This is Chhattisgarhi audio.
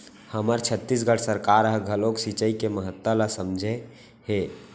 हमर छत्तीसगढ़ सरकार ह घलोक सिचई के महत्ता ल समझे हे